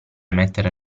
mettere